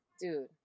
Dude